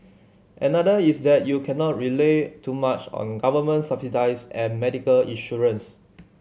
another is that you cannot rely too much on government subsidies and medical insurance